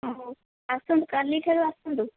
ହେଉ ଆସନ୍ତୁ କାଲି ଠାରୁ ଆସନ୍ତୁ